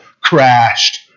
crashed